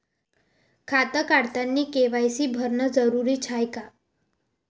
खातं काढतानी के.वाय.सी भरनं जरुरीच हाय का?